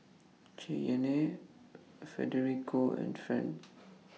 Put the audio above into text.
Cheyenne Federico and Ferne